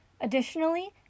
Additionally